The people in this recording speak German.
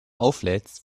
auflädst